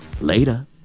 later